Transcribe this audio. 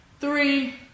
three